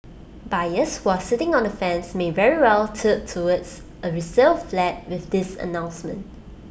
buyers who are sitting on the fence may very well tilt towards A resale flat with this announcement